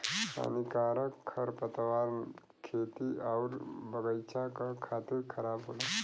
हानिकारक खरपतवार खेती आउर बगईचा क खातिर खराब होला